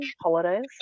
holidays